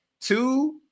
two